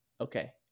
okay